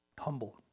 humble